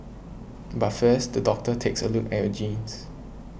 but first the doctor takes a look at your genes